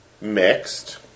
mixed